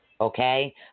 Okay